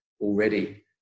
already